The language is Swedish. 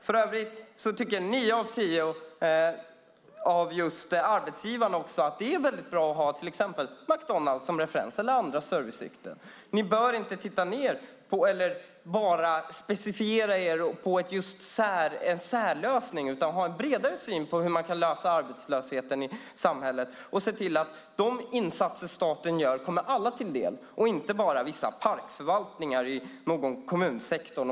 För övrigt tycker nio av tio arbetsgivare att det är mycket bra att ha till exempel McDonalds eller andra inom servicesektorn som referens. Ni bör inte specificera en särlösning, utan ni kan ha en bredare syn på hur man kan lösa arbetslösheten i samhället och se till att statens insatser kommer alla till del, inte bara vissa parkförvaltningar inom kommunsektorn.